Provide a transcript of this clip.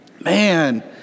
Man